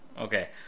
okay